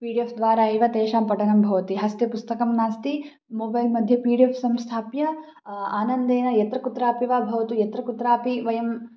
P D F द्वारा एव तेषां पठनं भवति हस्ते पुस्तकं नास्ति मोबैल् मध्ये पी डि एफ़् संस्थाप्य आनन्देन यत्र कुत्रापि वा भवतु यत्र कुत्रापि वयं